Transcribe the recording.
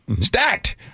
Stacked